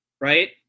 Right